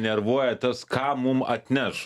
nervuojatės ką mum atneš